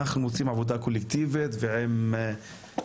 אנחנו רוצים עבודה קולקטיבית עם יוזמות